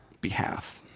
behalf